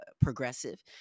progressive